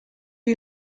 you